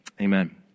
Amen